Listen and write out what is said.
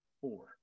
four